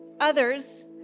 Others